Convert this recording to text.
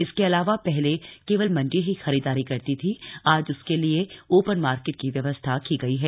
इसके अलावा पहले केवल मण्डी ही खरीदारी करती थी आज उसके लिए ओपन मार्केट की व्यवस्था की गई है